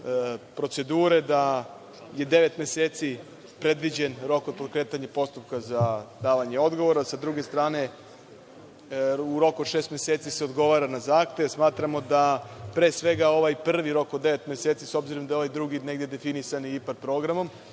procedure, da je devet mesec predviđen rok od pokretanja postupka za davanje odgovora, a sa druge strane u roku od šest meseci se odgovara na zahtev. Smatramo da pre svega ovaj prvi rok od devet meseci, s obzirom da je ovaj drugi negde definisan iIPARD programom,